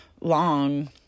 long